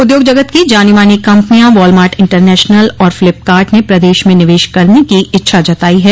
उद्योग जगत की जानी मानी कम्पनियां वॉलमार्ट इंटरनेशनल और फ्लिपकाट ने प्रदेश में निवेश करने की इच्छा जताई है